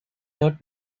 not